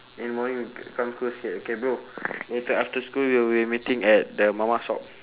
in morning come school say okay bro later after school we will be meeting at the mama shop